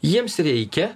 jiems reikia